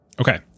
Okay